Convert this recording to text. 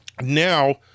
Now